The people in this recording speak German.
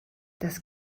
das